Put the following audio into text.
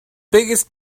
biggest